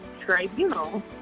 tribunal